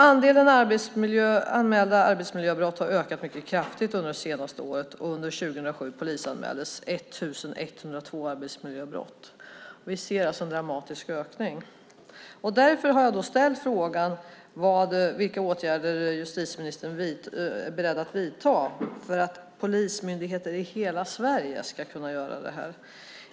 Andelen anmälda arbetsmiljöbrott har ökat mycket kraftigt under det senaste året, och under 2007 polisanmäldes 1 102 arbetsmiljöbrott. Vi ser alltså en dramatisk ökning. Därför har jag ställt frågan vilka åtgärder justitieministern är beredd att vidta för att polismyndigheter i hela Sverige ska kunna göra det här.